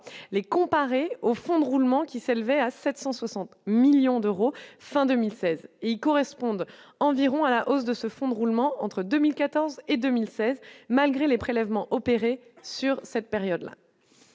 les comparer au fonds de roulement qui s'élevait à 760 millions d'euros fin 2016 et ils correspondent environ à la hausse de ce fonds de roulement entre 2014 et 2016 malgré les prélèvements opérés sur cette période,